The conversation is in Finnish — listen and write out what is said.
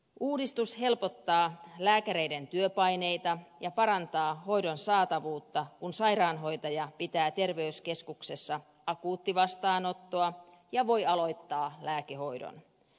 uudistus helpottaa lääkäreiden työpaineita ja parantaa hoidon saatavuutta kun sairaanhoitaja pitää terveyskeskuksessa akuuttivastaanottoa ja voi aloittaa lääkehoidon